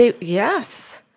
Yes